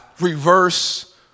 reverse